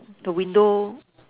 the window